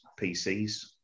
PCs